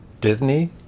Disney